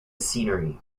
scenery